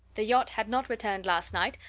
the yacht had not returned last night,